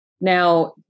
Now